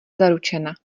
zaručena